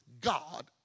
God